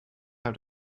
how